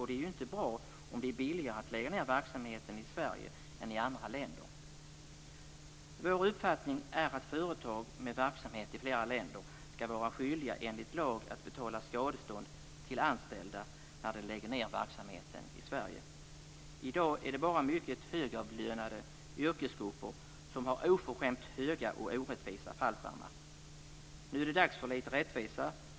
Det är ju inte bra om det är billigare att lägga ned verksamheten i Sverige än i andra länder. Vår uppfattning är att företag med verksamhet i flera länder enligt lag skall vara skyldiga att betala skadestånd till de anställda när de lägger ned verksamheten i Sverige. I dag är det bara mycket högavlönade yrkesgrupper som har oförskämt höga och orättvisa fallskärmar. Nu är det dags för lite rättvisa.